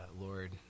Lord